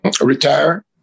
Retire